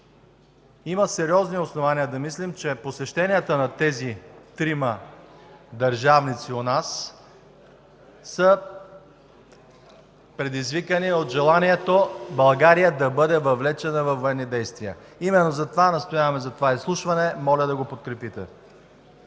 Има сериозни основания да мислим, че посещенията на тези трима държавници у нас са предизвикани от желанието България да бъде въвлечена във военни действия. Именно затова настояваме за това изслушване. Моля да го подкрепите.